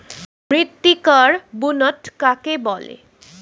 মৃত্তিকার বুনট কাকে বলে?